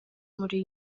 muri